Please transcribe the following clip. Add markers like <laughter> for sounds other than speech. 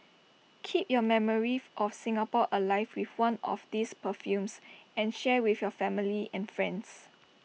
keep your memory <noise> of Singapore alive with one of these perfumes and share with your family and friends